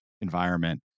environment